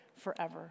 forever